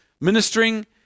ministering